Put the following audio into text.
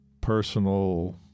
personal